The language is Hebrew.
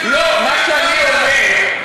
מה שאני אומר,